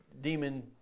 demon